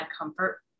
comfort